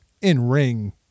in-ring